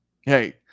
hey